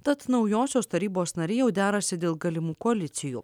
tad naujosios tarybos nariai jau derasi dėl galimų koalicijų